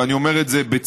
ואני אומר את זה בצער,